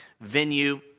venue